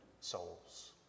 souls